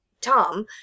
Tom